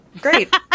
Great